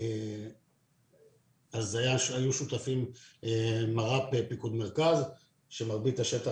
אז היו שותפים מר"פ פיקוד מרכז שמרבית השטח